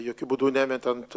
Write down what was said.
jokiu būdu nemetant